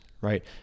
right